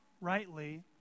rightly